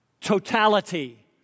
Totality